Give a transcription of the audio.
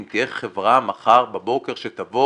אם תהיה חברה מחר בבוקר שתבוא